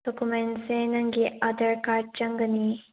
ꯗꯣꯀꯨꯃꯦꯟꯁꯁꯦ ꯅꯪꯒꯤ ꯑꯥꯙꯥꯔ ꯀꯥꯔꯗ ꯆꯪꯒꯅꯤ